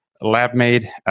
lab-made